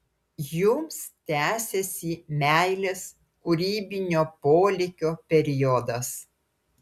jums tęsiasi meilės kūrybinio polėkio periodas